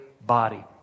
body